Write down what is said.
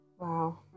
Wow